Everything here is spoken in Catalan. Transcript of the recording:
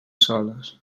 soles